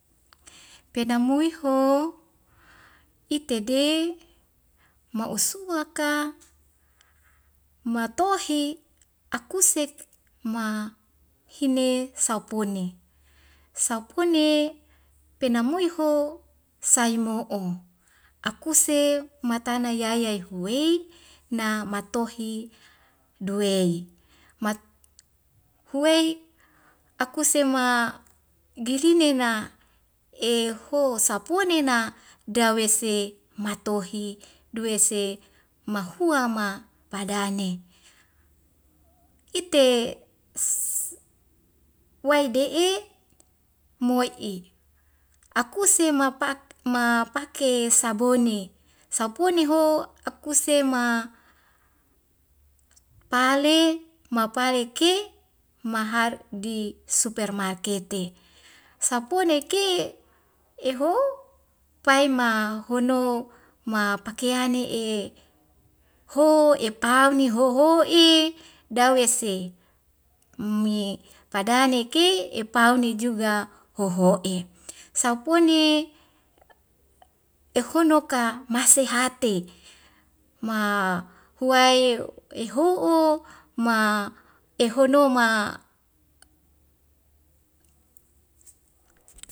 Peka mui ho itede ma'usuwaka matohi akusek ma hine saupone saupone penamuiho sai mo'o akuse matana yayai huwei na matohi duwei mat huwei akuse ma girinena e ho sapunena dawese matohi duwese mahua ma padane ite waide'e moi'i akuse ma pak ma pake sabone sapone ho akuse ma pale ma paleke mahardi supermarkete sapone ke eho paima hono ma pakeyane e ho'epauni hoho'ii dawese mi padaneke epauni juga hoho'e saupone ehono ka masehate ma huwae eho'o ma ehono ma